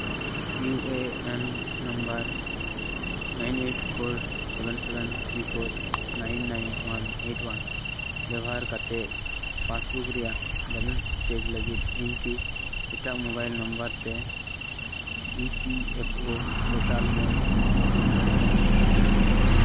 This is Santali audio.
U A N number nine eight four seven seven three four nine nine one eight one ᱵᱮᱵᱚᱦᱟᱨ ᱠᱟᱛᱮ ᱯᱟᱥᱵᱩᱠ ᱨᱮᱭᱟᱜ ᱵᱮᱞᱮᱱᱥ ᱪᱮᱠ ᱤᱧᱠᱤ ᱮᱴᱟᱜ ᱢᱳᱵᱟᱭᱤᱞ ᱱᱟᱢᱵᱟᱨ ᱛᱮ E P F O portal ᱨᱮᱹᱧ ᱞᱚᱜᱤᱱ ᱫᱟᱲᱮᱭᱟᱜᱼᱟ